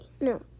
no